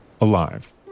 alive